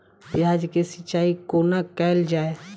प्याज केँ सिचाई कोना कैल जाए?